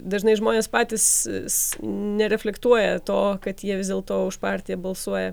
dažnai žmonės patys nereflektuoja to kad jie vis dėlto už partiją balsuoja